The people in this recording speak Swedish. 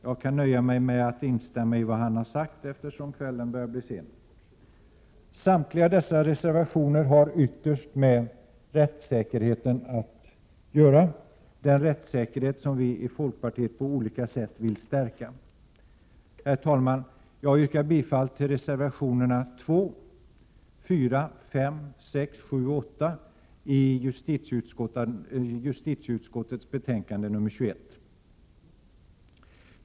Jag kan nöja mig med att instämma i vad han har sagt, eftersom kvällen börjar bli sen. Samtliga dessa reservationer har ytterst med rättssäkerheten att göra, den rättssäkerhet som vi i folkpartiet på olika sätt vill stärka. Herr talman! Jag yrkar bifall till reservationerna 2, 4, 5, 6, 7 och 8 i justitieutskottets betänkande nr 21.